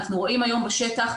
אנחנו רואים היום בשטח,